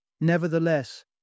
Nevertheless